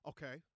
Okay